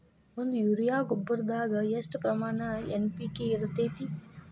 ಒಂದು ಯೂರಿಯಾ ಗೊಬ್ಬರದಾಗ್ ಎಷ್ಟ ಪ್ರಮಾಣ ಎನ್.ಪಿ.ಕೆ ಇರತೇತಿ?